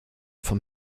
vom